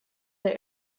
der